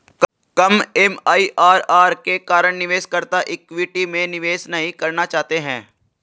कम MIRR के कारण निवेशकर्ता इक्विटी में निवेश नहीं करना चाहते हैं